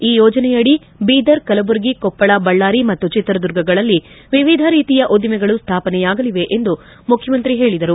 ಈ ಯೋಜನೆಯಡಿ ಬೀದರ್ ಕಲಬುರಗಿ ಕೊಪ್ಪಳ ಬಳ್ಳಾರಿ ಮತ್ತು ಚಿತ್ರದುರ್ಗಗಳಲ್ಲಿ ವಿವಿಧ ರೀತಿಯ ಉದ್ದಿಮೆಗಳು ಸ್ಮಾಪನೆಯಾಗಲಿವೆ ಎಂದು ಮುಖ್ಡಮಂತ್ರಿ ಹೇಳಿದರು